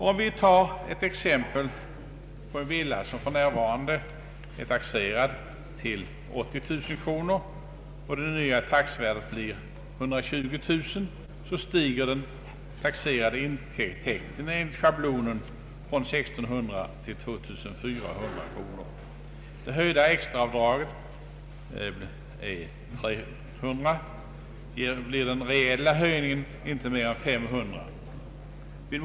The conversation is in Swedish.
Om vi som exempel tar en villa som för närvarande är taxerad till 80 000 kronor och det nya taxeringsvärdet blir 120 000 kronor stiger den taxerade intäkten enligt schablonen från 1 600 till 2400 kronor. Det höjda extraavdraget är 300 kronor. Då blir alltså den reella höjningen inte större än 500 kronor.